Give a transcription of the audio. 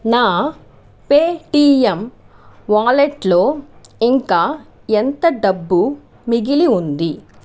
నా పేటిఎమ్ వాలెట్లో ఇంకా ఎంత డబ్బు మిగిలి ఉంది